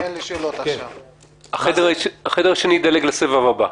אנשי החדר השני ידלגו לסבב הבא.